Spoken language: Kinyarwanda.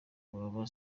b’aba